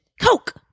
Coke